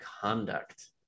conduct